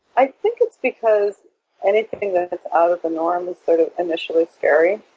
i think it's because anything that's out of the norm is sort of initially scary.